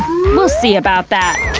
we'll see about that!